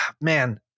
man